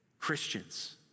Christians